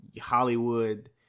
Hollywood